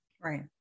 Right